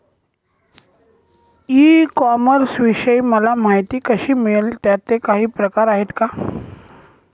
E कॉमर्सविषयी मला माहिती कशी मिळेल? त्याचे काही प्रकार आहेत का?